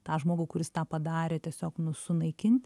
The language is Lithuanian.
tą žmogų kuris tą padarė tiesiog nu sunaikint